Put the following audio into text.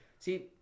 See